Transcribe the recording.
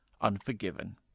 Unforgiven